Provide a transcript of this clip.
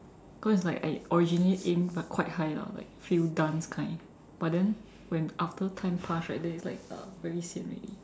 cause it's like I originally aim like quite high lah like few dans kind but then when after time past right then is like uh very sian already